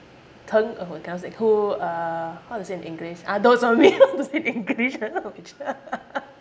疼 oh cannot say who uh how to say in english ah dotes on me how to say in english I not sure